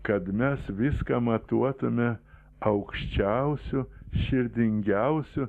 kad mes viską matuotume aukščiausiu širdingiausiu